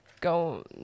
go